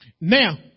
Now